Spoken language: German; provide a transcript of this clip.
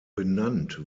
benannt